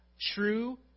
true